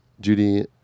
Judy